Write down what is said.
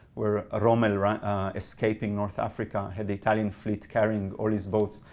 where a roman escaping north africa had the italian fleet carrying all these boats,